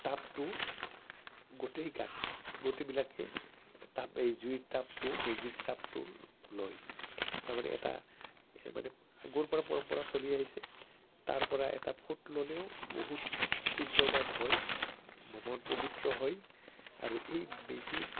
তাপটো গোটেই গাত গোটেইবিলাকে তাপ এই জুইৰ তাপটো মেজিৰ তাপটো লয় তাৰমানে এটা মানে আগৰপৰা পৰম্পৰা চলি আহিছে তাৰপৰা এটা ফুট ল'লেও বহুত পূণ্যবান হয় মন পৱিত্ৰ হয় আৰু এই মেজিৰ